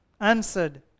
answered